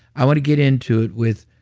i want to get into it with